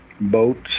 boats